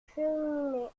cheminée